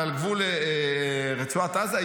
ועל גבול רצועת עזה.